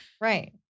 Right